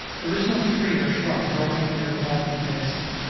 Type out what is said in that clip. there is no tree or shrub growing near the walpi mesa.